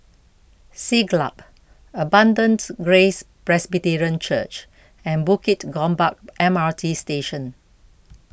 Siglap Abundant Grace Presbyterian Church and Bukit Gombak M R T Station